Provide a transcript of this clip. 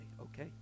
okay